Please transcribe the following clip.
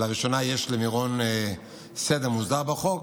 ולראשונה, יש למירון סדר מוסדר בחוק.